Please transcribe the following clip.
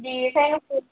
बेनिखायनो